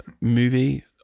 movie